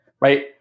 right